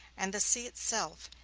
and the sea itself,